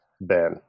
ben